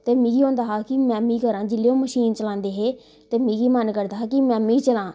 ते मिगी होंदा हा कि मैंमी करां जिल्लै ओह् मशीन चलांदे हे मिगी मन करदा हा कि मैंमी चलां